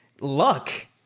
luck